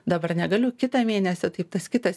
dabar negaliu kitą mėnesį taip tas kitas